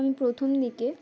আমি প্রথম দিকে